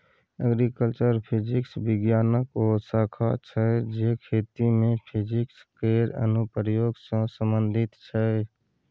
agriculture physics बिज्ञानक ओ शाखा छै जे खेती मे फिजिक्स केर अनुप्रयोग सँ संबंधित छै